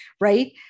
right